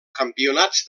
campionats